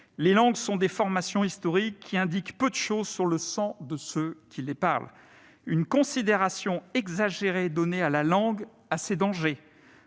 Les langues sont des formations historiques, qui indiquent peu de choses sur le sang de ceux qui les parlent. » Il ajoute qu'une considération exagérée donnée à la langue a ses dangers